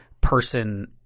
person